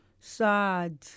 sad